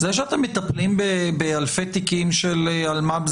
זה שאתם מטפלים באלפי תיקים של אלמ"ב,